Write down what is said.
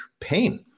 pain